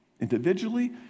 individually